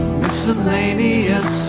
miscellaneous